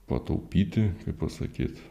pataupyti kaip pasakyt